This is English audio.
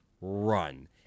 run